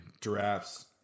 Giraffes